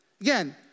Again